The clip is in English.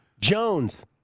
Jones